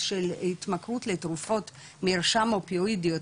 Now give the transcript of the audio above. של התמכרות לתרופות מרשם אופיואידיות,